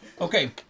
Okay